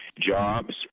Jobs